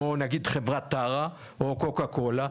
נגיד כמו חברת טרה או קוקה קולה,